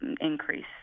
increase